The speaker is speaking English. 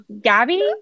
Gabby